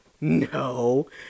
No